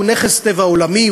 הוא נכס טבע עולמי,